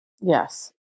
Yes